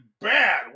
bad